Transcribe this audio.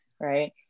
right